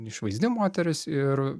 išvaizdi moteris ir